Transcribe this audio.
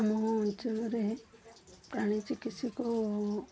ଆମ ଅଞ୍ଚଳରେ ପ୍ରାଣୀ ଚିକିତ୍ସକ ଓ